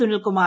Sunilkumar